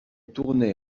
tournait